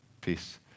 peace